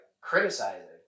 criticizing